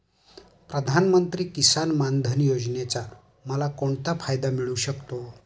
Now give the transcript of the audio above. प्रधानमंत्री किसान मान धन योजनेचा मला कोणता फायदा मिळू शकतो?